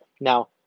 Now